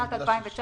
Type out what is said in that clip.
בשנת 2019